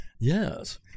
Yes